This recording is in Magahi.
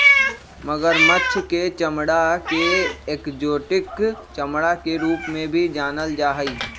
मगरमच्छ के चमडड़ा के एक्जोटिक चमड़ा के रूप में भी जानल जा हई